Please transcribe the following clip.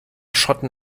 schotten